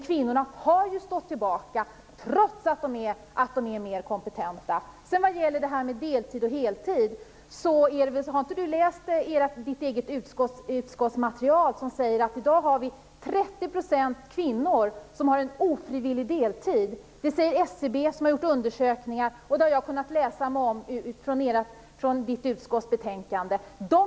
Kvinnorna har stått tillbaka trots att de är mer kompetenta. Vad sedan gäller frågan om deltid och heltid, har Christel Anderberg inte läst sitt eget utskotts material? Där står att vi i dag har 30 % kvinnor som har en ofrivillig deltid. Det säger SCB, som har gjort undersökningar, och det har vi kunnat läsa av betänkandet från det utskott som Christel Anderberg sitter med i.